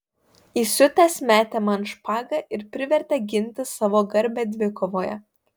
įsiutęs metė man špagą ir privertė ginti savo garbę dvikovoje